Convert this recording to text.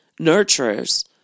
nurturers